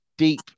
deep